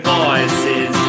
voices